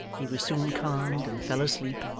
he was soon calmed and fell asleep,